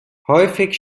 häufig